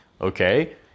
okay